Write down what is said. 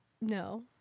No